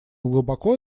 глубоко